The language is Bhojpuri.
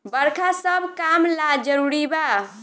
बरखा सब काम ला जरुरी बा